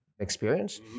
experience